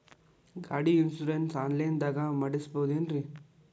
ಗಾಡಿ insurance online ದಾಗ ಮಾಡಸ್ಬಹುದೆನ್ರಿ?